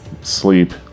sleep